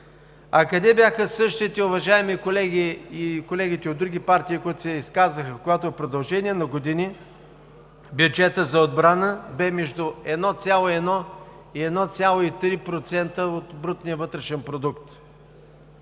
А къде бяха същите уважаеми колеги и колегите от други партии, които се изказаха, когато в продължение на години бюджетът за отбрана бе между 1,1 и 1,3% от брутния вътрешен продукт?